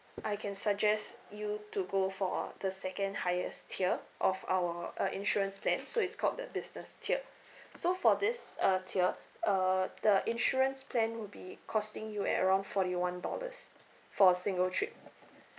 I can suggest you to go for the second highest tier of our uh insurance plan so it's called the business tier so for this uh tier uh the insurance plan would be costing you at around forty one dollars for a single trip